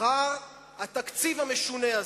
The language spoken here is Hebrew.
אחר התקציב המשונה הזה?